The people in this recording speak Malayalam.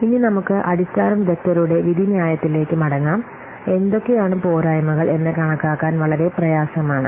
ഇനി നമുക്ക് അടിസ്ഥാന വിദഗ്ദ്ധരുടെ വിധിന്യായത്തിലേക്ക് മടങ്ങാം എന്തൊക്കെയാണ് പോരായ്മകൾ എന്ന് കണക്കാക്കാൻ വളരെ പ്രയാസമാണ്